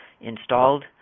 installed